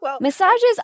Massages